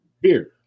beer